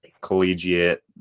Collegiate